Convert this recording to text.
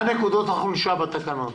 מה נקודות החולשה בתקנות?